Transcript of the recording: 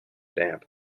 damp